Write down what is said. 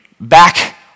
back